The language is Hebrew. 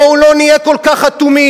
רק בואו לא נהיה כל כך אטומים.